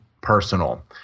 personal